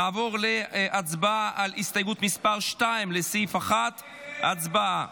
נעבור להצבעה על הסתייגות מס' 2, לסעיף 1. הצבעה.